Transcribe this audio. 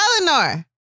Eleanor